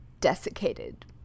desiccated